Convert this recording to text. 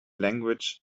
language